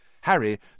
Harry